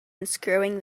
unscrewing